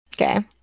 Okay